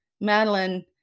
Madeline